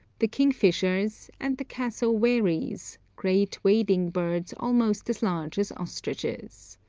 the king-fishers, and the cassowaries, great wading-birds almost as large as ostriches.